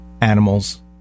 animals